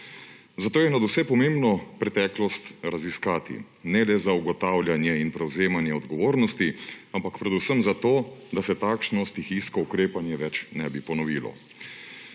Zato je nadvse pomembno preteklost raziskati, ne le za ugotavljanje in prevzemanje odgovornosti, ampak predvsem zato, da se takšno stihijsko ukrepanje več ne bi ponovilo.